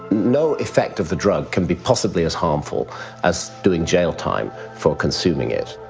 no effect of the drug can be possibly as harmful as doing jail time for consuming it.